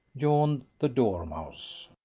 yawned the dormouse.